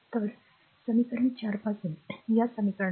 तर समीकरण 4 पासून या समीकरणातून